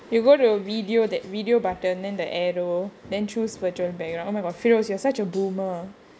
you go to video that video button then the arrow then choose virtual background oh my god feroz you are such a boomer